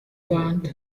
rwanda